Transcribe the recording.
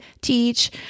teach